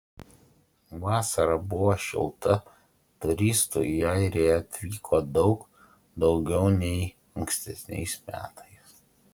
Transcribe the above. vasara buvo šilta turistų į airiją atvyko daug daugiau nei ankstesniais metais